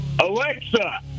Alexa